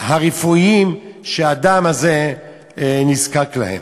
הרפואיים שהאדם הזה נזקק להם.